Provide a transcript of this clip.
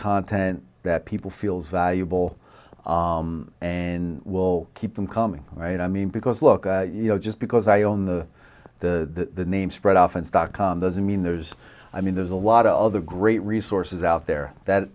content that people feel valuable and will keep them coming right i mean because look you know just because i own the the name spread oftens dot com doesn't mean there's i mean there's a lot of other great resources out there that